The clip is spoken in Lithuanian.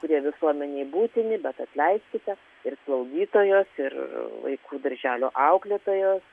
kurie visuomenei būtini bet atleiskite ir slaugytojos ir vaikų darželio auklėtojos